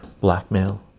Blackmail